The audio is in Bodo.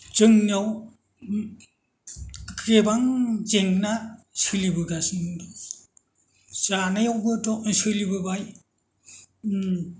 जोंनियाव गोबां जेंना सोलिबोगासिनो दं जानायावबोथ' सोलिबोबाय